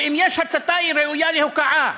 ואם יש הצתה, היא ראויה להוקעה.